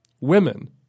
Women